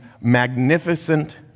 magnificent